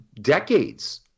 decades